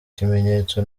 kimenyetso